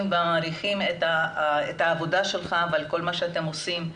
ומעריכים את העבודה שלכם ואת כל מה שאתם עושים,